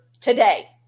today